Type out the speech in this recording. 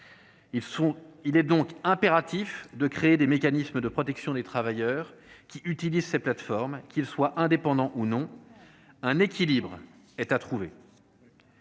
Il est donc impératif de créer des mécanismes de protection des travailleurs qui utilisent ces plateformes, qu'ils soient indépendants ou non. Un équilibre reste à trouver.